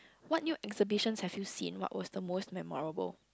what new exhibitions have you seen what was the most memorable